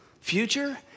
future